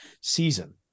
season